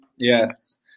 Yes